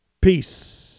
Peace